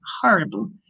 horrible